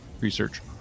research